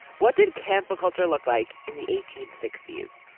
what did cancela culture look like in the eighteen sixty s?